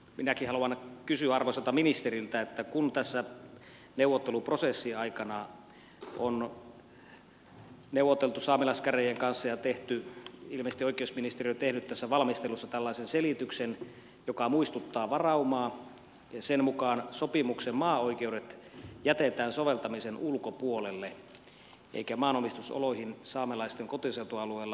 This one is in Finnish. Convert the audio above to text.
minäkin haluan kysyä arvoisalta ministeriltä kun tässä neuvotteluprosessin aikana on neuvoteltu saamelaiskäräjien kanssa ja ilmeisesti oikeusministeriö on tehnyt tässä valmistelussa tällaisen selityksen joka muistuttaa varaumaa ja sen mukaan sopimuksen maaoikeudet jätetään soveltamisen ulkopuolelle eikä maanomistusoloihin saamelaisten kotiseutualueella puututa